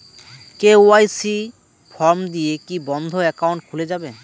KYC form দিয়ে কি বন্ধ একাউন্ট খুলে যাবে?